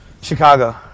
Chicago